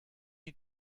you